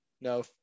No